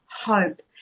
hope